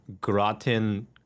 Gratin